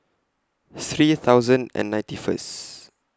three thousand and ninety First